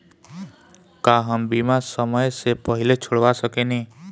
का हम बीमा समय से पहले छोड़वा सकेनी?